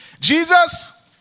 Jesus